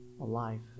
alive